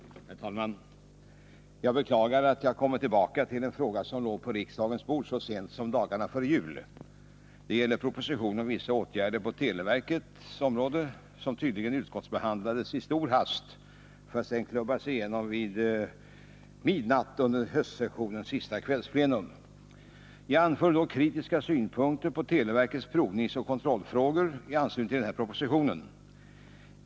Herr talman! Jag beklagar att jag kommer tillbaka till en fråga som låg på riksdagens bord så sent som dagarna före jul. Det gäller propositionen om vissa åtgärder på teleområdet, som tydligen utskottsbehandlades i stor hast för att sedan klubbas igenom vid midnatt under höstsessionens sista kvällsplenum. Jag anförde då kritiska synpunkter på televerkets provningsoch kontrollfrågor i anslutning till denna proposition.